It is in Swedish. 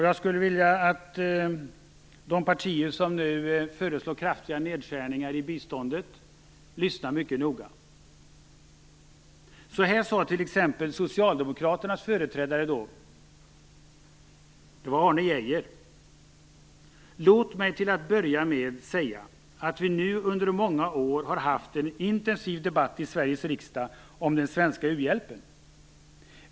Jag skulle vilja att de partier som nu föreslår kraftiga nedskärningar i biståndet lyssnar mycket noga. Så här sade t.ex. socialdemokraternas företrädare då, Arne Geijer: "Låt mig till att börja med säga att vi nu under många år har haft en intensiv debatt i Sveriges riksdag om den svenska u-hjälpen.